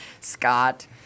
Scott